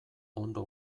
ondo